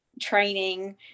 training